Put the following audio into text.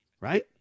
right